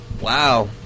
Wow